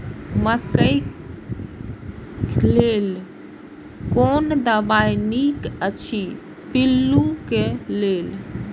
मकैय लेल कोन दवा निक अछि पिल्लू क लेल?